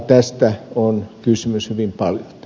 tästä on kysymys hyvin paljolti